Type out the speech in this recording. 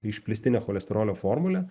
išplėstinę cholesterolio formulę